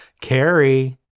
Carrie